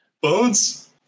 Bones